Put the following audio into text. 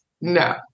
no